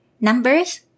Numbers